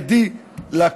את ידִי לקואליציה,